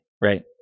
right